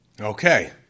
Okay